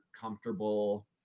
comfortable